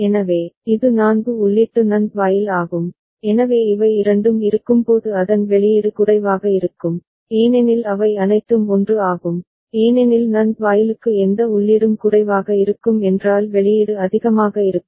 எனவே இது 4 உள்ளீட்டு NAND வாயில் ஆகும் எனவே இவை இரண்டும் இருக்கும்போது அதன் வெளியீடு குறைவாக இருக்கும் ஏனெனில் அவை அனைத்தும் 1 ஆகும் ஏனெனில் NAND வாயிலுக்கு எந்த உள்ளீடும் குறைவாக இருக்கும் என்றால் வெளியீடு அதிகமாக இருக்கும்